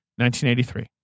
1983